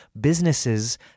businesses